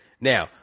Now